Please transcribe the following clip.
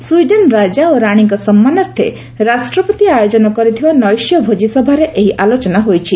Sweden ରାଜା ଓ ରାଣୀଙ୍କ ସମ୍ମାନାର୍ଥେ ରାଷ୍ଟ୍ରପତି ଆୟୋଜନ କରିଥିବା ନୈଶ୍ୟ ଭୋଜି ସଭାରେ ଏହି ଆଲୋଚନା ହୋଇଛି